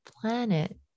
planet